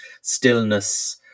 stillness